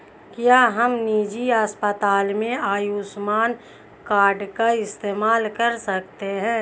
क्या हम निजी अस्पताल में आयुष्मान कार्ड का इस्तेमाल कर सकते हैं?